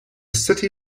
city